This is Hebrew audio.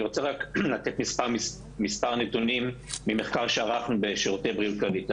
אני רוצה לתת מספר נתונים ממחקר שערכנו בשירותי בריאות כללית.